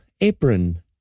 apron